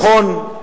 נכון,